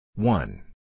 One